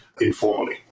informally